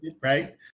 right